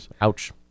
Ouch